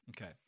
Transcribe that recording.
Okay